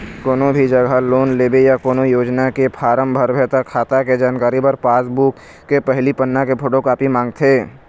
कोनो भी जघा लोन लेबे या कोनो योजना के फारम भरबे त खाता के जानकारी बर पासबूक के पहिली पन्ना के फोटोकापी मांगथे